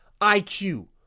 IQ